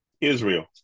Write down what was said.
Israel